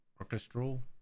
orchestral